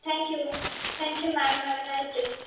thank you thank you ma'am have a nice day